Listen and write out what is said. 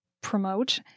promote